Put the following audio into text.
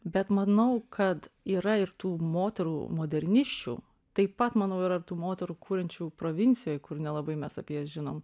bet manau kad yra ir tų moterų modernisčių taip pat manau yra ir tų moterų kuriančių provincijoj kur nelabai mes apie jas žinom